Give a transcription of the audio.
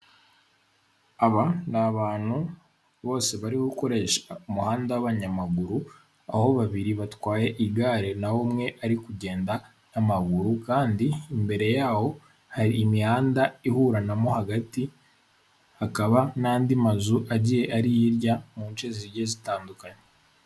Aba ni abantu bose bari gukoresha umuhanda w'abanyamaguru, aho babiri batwaye igare naho umwe ari kugenda n'amaguru, kandi imbere yaho hari imihanda ihuranamo hagati, hakaba n'andi mazu agiye ari hirya mu nce zigiye zitandukanye.